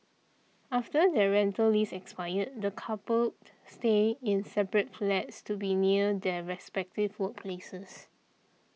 after their rental lease expired the coupled stayed in separate flats to be near their respective workplaces